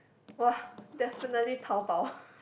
!wah! definitely Taobao